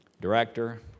Director